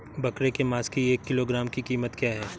बकरे के मांस की एक किलोग्राम की कीमत क्या है?